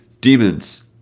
Demons